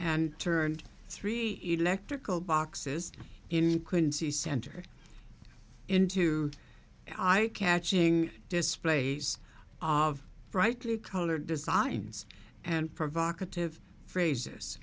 and turned three electrical boxes in quincy center into i catch ing displays of brightly colored designs and provocative phrases